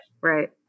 Right